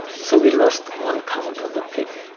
so we lost one count on the pic.